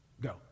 go